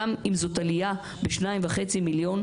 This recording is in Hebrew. גם אם זאת עלייה בשניים וחצי מיליון,